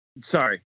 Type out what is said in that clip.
sorry